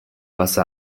face